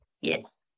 Yes